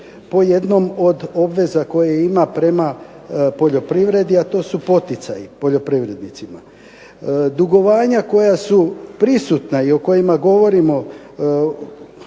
po jednom od obveza koje ima prema poljoprivredi, a to su poticaji poljoprivrednicima. Dugovanja koja su prisutna i o kojima govorimo